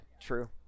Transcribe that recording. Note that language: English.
true